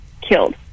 killed